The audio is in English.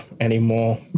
anymore